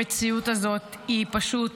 המציאות הזאת היא פשוט